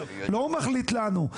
לא הוא מחליט לנו.